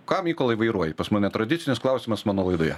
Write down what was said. ką mykolai vairuoji pas mane tradicinis klausimas mano laidoje